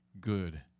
good